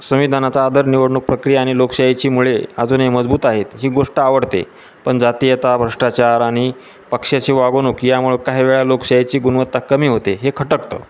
संविधानाचा आदर निवडणूक प्रक्रिया आणि लोकशाहीची मुळे अजूनही मजबूत आहेत ही गोष्ट आवडते पण जातीयता भ्रष्टाचार आणि पक्षाची वागवणूक यामुळ काही वेळ लोकशाहीची गुणवत्ता कमी होते हे खटकतं